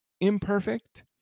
imperfect